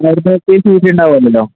പിന്നെ അവരുട T C ഒക്കെ ഉണ്ടാകുമല്ലോ